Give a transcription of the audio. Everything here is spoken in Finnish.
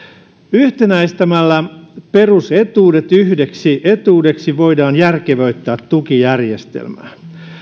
yhtenäistämällä perusetuudet yhdeksi etuudeksi voidaan järkevöittää tukijärjestelmää